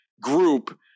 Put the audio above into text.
group